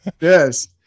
Yes